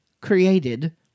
created